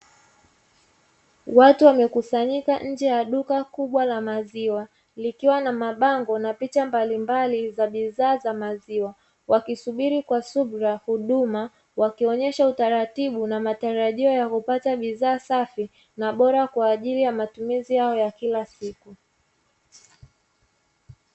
Watu wamekusanyika nje ya duka kubwa la maziwa likiwa na mabango na picha mbalimbali za bidhaa za maziwa, wakisubiri kwa subra huduma wakionyesha utaratibu na matarajio ya kupata bidhaa safi na bora kwa ajili ya matumizi yao ya kila siku.